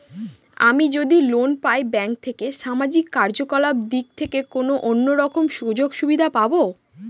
আমি যদি লোন পাই ব্যাংক থেকে সামাজিক কার্যকলাপ দিক থেকে কোনো অন্য রকম সুযোগ সুবিধা পাবো?